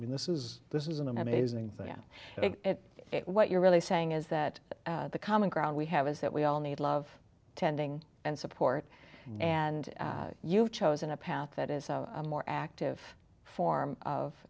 i mean this is this is an amazing thing and what you're really saying is that the common ground we have is that we all need love tending and support and you've chosen a path that is a more active form of